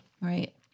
Right